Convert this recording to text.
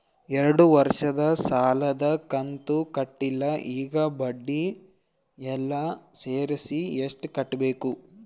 ಎರಡು ವರ್ಷದ ಸಾಲದ ಕಂತು ಕಟ್ಟಿಲ ಈಗ ಬಡ್ಡಿ ಎಲ್ಲಾ ಸೇರಿಸಿ ಎಷ್ಟ ಕಟ್ಟಬೇಕು?